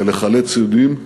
כדי לחלץ יהודים,